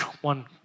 One